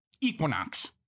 equinox